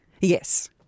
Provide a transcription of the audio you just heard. Yes